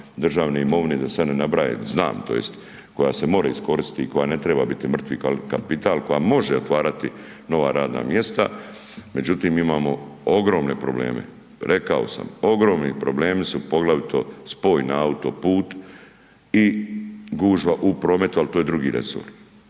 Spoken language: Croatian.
državne imovine da sad ne nabrajam, znam tj. koja se more iskoristit i koja ne triba biti mrtvi kapital, koja može otvarati nova radna mjesta, međutim imamo ogromne probleme, rekao sam ogromni problemi su poglavito spoj na autoput i gužva u prometu, al to je drugi resor.